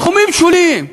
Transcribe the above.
תחומים שוליים.